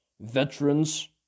veterans